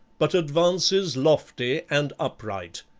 but advances lofty and upright.